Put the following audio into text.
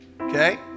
Okay